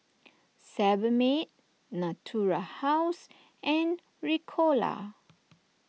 Sebamed Natura House and Ricola